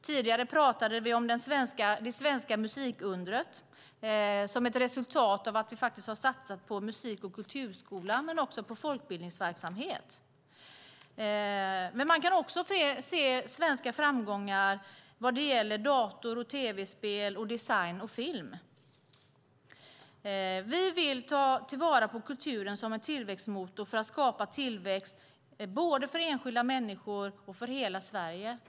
Tidigare talade vi om det svenska musikundret som ett resultat av att vi har satsat på musik och kulturskolan men också på folkbildningsverksamhet. Man kan också se svenska framgångar för dator och tv-spel, design och film. Vi vill ta vara på kulturen som en tillväxtmotor för att skapa tillväxt både för enskilda människor och för hela Sverige.